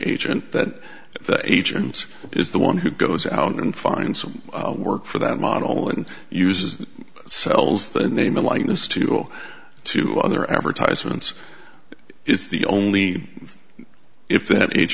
agent that the agent is the one who goes out and find some work for that model and uses sells the name the likeness to two other advertisements is the only if that age